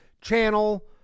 channel